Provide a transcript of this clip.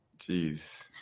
Jeez